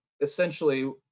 essentially